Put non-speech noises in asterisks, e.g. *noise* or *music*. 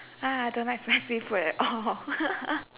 ah I don't like spicy food at all *laughs*